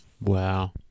Wow